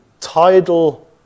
tidal